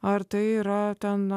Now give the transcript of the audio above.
ar tai yra ten